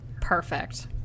Perfect